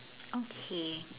okay